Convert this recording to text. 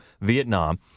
Vietnam